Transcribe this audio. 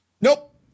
nope